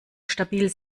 stabil